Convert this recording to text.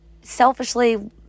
selfishly